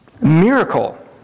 miracle